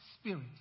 Spirit